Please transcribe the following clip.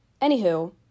anywho